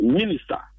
minister